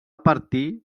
partir